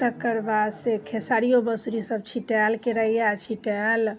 तकर बाद से खेसारिओ मसुरी सभ छिटायल केरैआ छिटायल